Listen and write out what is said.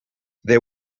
there